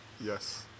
Yes